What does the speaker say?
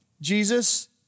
Jesus